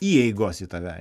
įeigos į tave